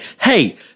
Hey